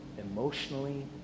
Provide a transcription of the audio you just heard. emotionally